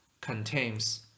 contains